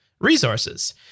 resources